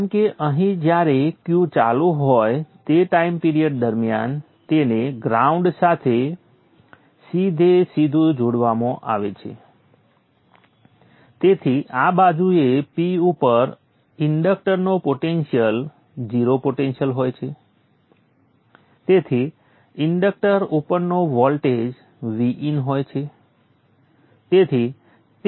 જેમ કે અહીં જ્યારે Q ચાલુ હોય તે ટાઈમ પિરિયડ દરમિયાન તેને ગ્રાઉન્ડ સાથે સીધેસીધું જોડવામાં આવે છે તેથી આ બાજુએ P ઉપર ઇન્ડક્ટરનો પોટેન્શિયલ 0 પોટેન્શિયલ હોય છે તેથી ઇન્ડક્ટર ઉપરનો વોલ્ટેજ Vin હોય છે